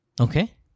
Okay